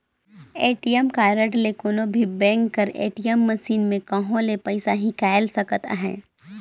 ATM card ले कोनो भी बेंक कर ए.टी.एम मसीन में कहों ले पइसा हिंकाएल सकत अहे